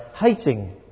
hating